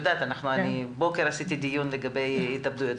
הבוקר עשיתי דיון לגבי התאבדויות.